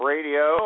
Radio